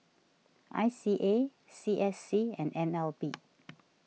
I C A C S C and N L B